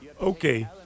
Okay